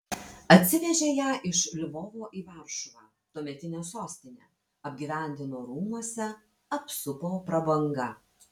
atsivežė ją iš lvovo į varšuvą tuometinę sostinę apgyvendino rūmuose apsupo prabanga